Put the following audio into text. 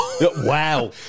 wow